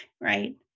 right